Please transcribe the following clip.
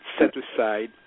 set-aside